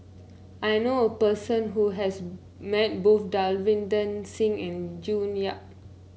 I knew a person who has met both Davinder Singh and June Yap